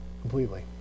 completely